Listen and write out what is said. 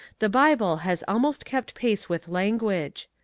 the bible has almost kept pace with language.